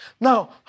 Now